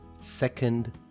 second